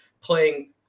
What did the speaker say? playing